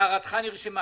הערתך נרשמה.